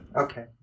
Okay